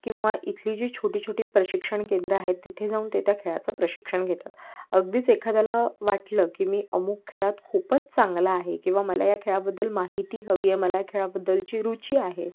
किंवा इथली जी छोटी छोटी प्रशिक्षण केंद्र आहेत तिथे जाऊन ते त्या खेळाचं प्रशिक्षण घेतात अगदीच एखाद्याला वाटलं की मी अमुक खेळात खूपच चांगला आहे किंवा मला या खेळाबद्दल माहिती हवी आहे मला या खेळाबद्दलची रुची आहे